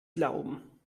glauben